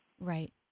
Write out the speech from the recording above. Right